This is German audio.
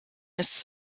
ist